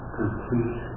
complete